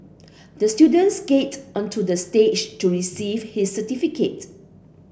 the students skated onto the stage to receive his certificate